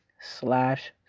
slash